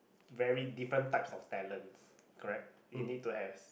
very different types of talents correct you need to have